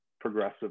progressive